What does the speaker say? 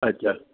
अच्छा